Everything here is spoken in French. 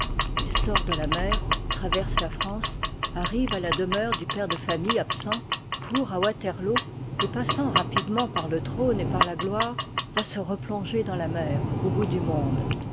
il sort de la mer traverse la france arrive à la demeure du père de famille absent court à waterloo et passant rapidement par le trône et par la gloire va se replonger dans la mer au bout du monde